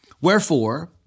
wherefore